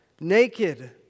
naked